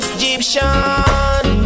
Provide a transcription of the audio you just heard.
Egyptian